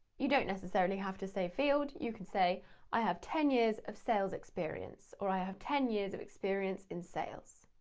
you don't necessarily have to say field. you can say i have ten years of sales experience. or, i have ten years of experience in sales.